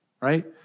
right